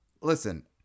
Listen